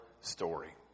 story